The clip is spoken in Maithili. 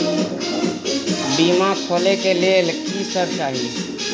बीमा खोले के लेल की सब चाही?